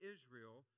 Israel